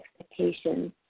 expectations